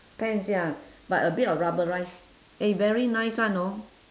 pants ya but a bit of rubberise mm very nice [one] know